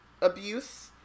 abuse